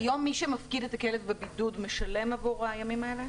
מי שמפקיד את הכלב בבידוד משלם עבור הימים האלה?